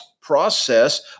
process